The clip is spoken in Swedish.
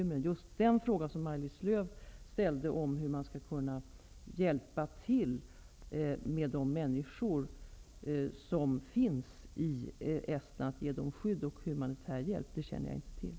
Svaret på just den fråga som Maj-lis Lööw ställde om hur man skall kunna hjälpa till och ta hand om de människor som finns i Estland, ge dem skydd och humanitär hjälp, känner jag inte till.